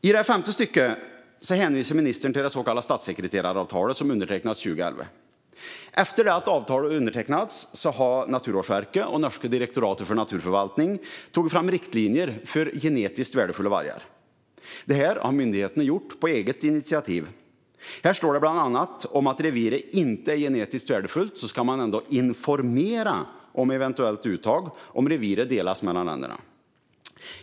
I det femte stycket hänvisar ministern till det så kallade statssekreteraravtalet, som undertecknades 2011. Efter att avtalet undertecknats har Naturvårdsverket och norska direktoratet för naturförvaltning tagit fram riktlinjer för genetiskt värdefulla vargar. Det har myndigheterna gjort på eget initiativ. Här står det bland annat att även om reviret inte är genetiskt värdefullt ska man informera om eventuellt uttag om reviret delas mellan länderna.